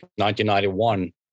1991